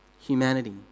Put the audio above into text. humanity